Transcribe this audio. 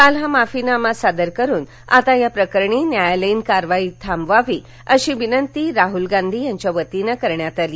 काल हा माफीनामा सादर करून आता या प्रकरणी न्यायालयीन कारवाई थांबवावी अशी विनंती राहूल गांधी यांच्यावतीन करण्यात आली